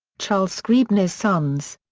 charles scribner's sons.